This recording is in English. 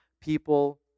people